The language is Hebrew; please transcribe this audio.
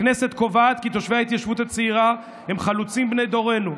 הכנסת קובעת כי תושבי ההתיישבות הצעירה הם חלוצים בני דורנו,